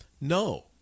No